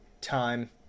time